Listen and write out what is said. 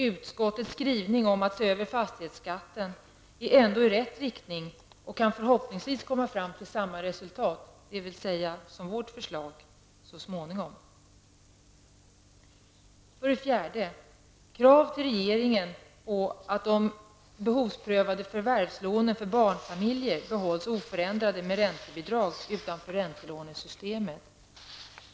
Utskottets skrivning om att se över fastighetsskatten är ändå i rätt riktning och kan förhoppningsvis komma fram till samma resultat, dvs. vårt förslag, så småningom. 4. Krav till regeringen på att de behovsprövade förvärvslånen för barnfamiljer behålls oförändrade med räntebidrag utanför räntelånesystemet.